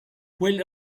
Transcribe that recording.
quel